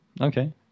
okay